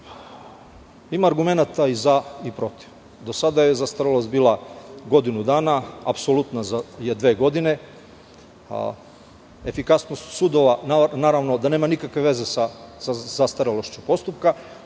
Ima argumenata i za i protiv. Do sada je zastarelost bila godinu dana, apsolutna je za dve godine, a efikasnost sudova naravno da nema nikakve veze sa zastarelošću postupka,